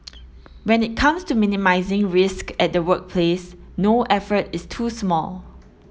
when it comes to minimising risk at the workplace no effort is too small